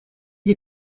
des